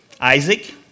Isaac